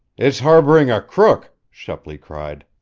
it's harboring a crook! shepley cried.